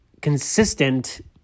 consistent